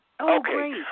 Okay